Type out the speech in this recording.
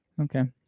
okay